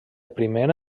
primera